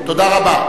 תודה רבה.